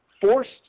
forced